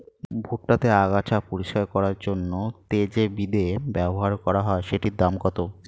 ভুট্টা তে আগাছা পরিষ্কার করার জন্য তে যে বিদে ব্যবহার করা হয় সেটির দাম কত?